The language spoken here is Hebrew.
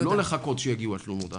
לא לחכות שיגיעו התלונות האחרות.